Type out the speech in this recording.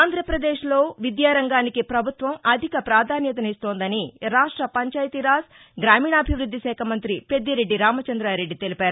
ఆంధ్రాపదేశ్లో విద్యారంగానికి ప్రభుత్వం అధిక ప్రాధాన్యతనిస్తోందని రాష్ట పంచాయితీరాజ్ గ్రామీణాభిష్పద్దిశాఖ మంతి పెద్దిరెడ్డి రామచంద్రారెడ్డి తెలిపారు